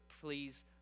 please